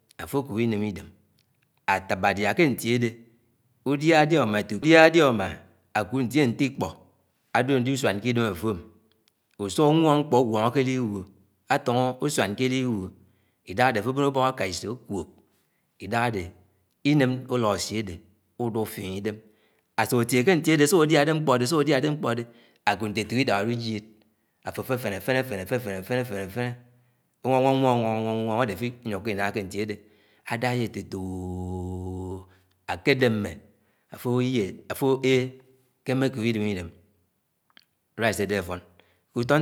áfó akóp iném idém. Atábá adia ké ntie adé udíá iké ntié adé udíá diá úmá aluíd ntié nté íũpó alísuán ké idém afómì usuk nwòñg mkpọ ùnwongó ké alũiwúo, afóngó úsuàn ke àlúiwólo, ídáhà ade íném ulóasíí atté údúk fien ídem. Asok atie ke ntié adé asok adíà adé mkpó adé akúd nté etok ìdap àlúyíed fefene-fefene-fefene. anwong nwọng unwọngo-nwong nnwong adé afó ínyókó ìnaà ké ndéadé àdàiyá etatok oooooo aké démé áfówó ehímm̃ekóp ídém iném ùlóasil adé afón.